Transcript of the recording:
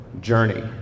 journey